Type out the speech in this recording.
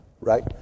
Right